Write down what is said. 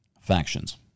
factions